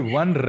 one